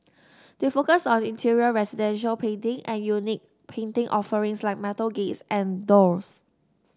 they focus on interior residential painting and unique painting offerings like metal gates and doors